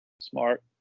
Smart